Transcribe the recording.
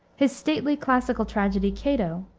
his stately, classical tragedy, cato,